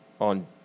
on